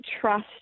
trust